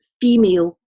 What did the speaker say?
female